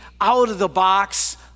out-of-the-box